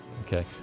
Okay